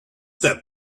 that